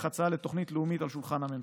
הצעה לתוכנית לאומית על שולחן הממשלה.